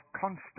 constant